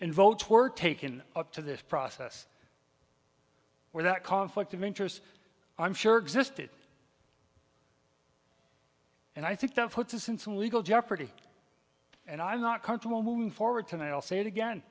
and votes were taken up to this process where that conflict of interest i'm sure existed and i think that puts us in some legal jeopardy and i'm not comfortable moving forward tonight i'll say it again